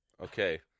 Okay